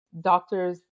doctors